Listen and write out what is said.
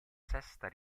sesta